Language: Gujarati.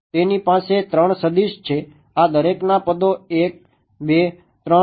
તેની પાસે 3 સદીશ છે આ દરેકના પદો 1 2 3 છે